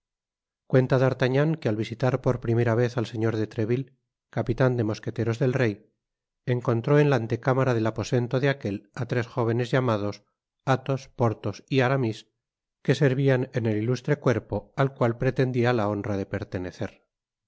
cuenta d'artagnan que al visitar por primera vez al señor de trcville capitan de mosqueteros del rey encontró en la antecámara del aposento de aquél á tres jóvenes llamados atlws porthos y aramis que servian en el ilustre cuerpo al cual pretendia la honra de pertenecer